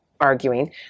arguing